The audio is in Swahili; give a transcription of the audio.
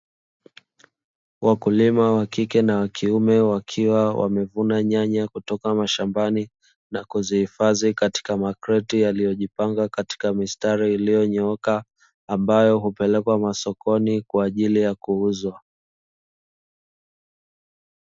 Wakulima wa kike na wa kiume wakiwa wamevuna nyanya kutoka mashambani na kuzihifadhi katika makreti yaliyojipanga katika mistari iliyonyooka, ambayo hupelekwa masokoni kwa ajili ya kuuzwa.